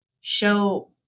show